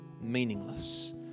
meaningless